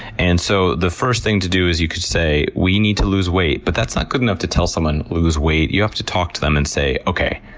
and so the first thing to do is you could say, we need to lose weight, but that's not good enough to tell someone to lose weight. you have to talk to them and say, okay,